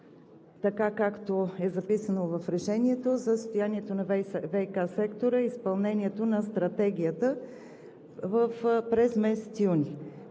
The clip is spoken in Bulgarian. доклад, както е записано в Решението, за състоянието на ВиК сектора и изпълнението на Стратегията през месец юни.